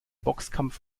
boxkampf